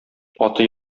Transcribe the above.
аты